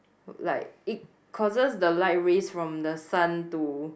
like it causes the light rays from the sun to